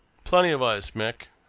plenty of ice, mick.